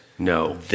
No